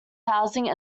housing